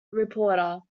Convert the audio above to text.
reporter